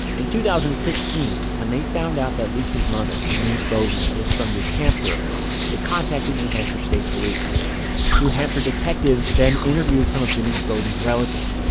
in two thousand and sixteen, when they found out that lisa's mother, denise beaudin, was from new hampshire they contacted new hampshire state police new hampshire detectives then interviewed some of denise beaudin's relatives,